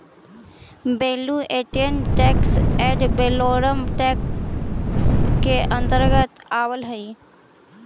value added tax ad valorem tax के अंतर्गत आवऽ हई